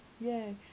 Yay